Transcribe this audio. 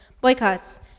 boycotts